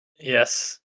Yes